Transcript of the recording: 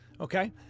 Okay